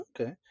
Okay